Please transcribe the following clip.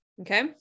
Okay